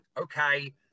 okay